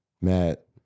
Matt